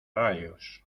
rayos